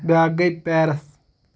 بیٛاکھ گٔے پیرَس